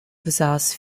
besaß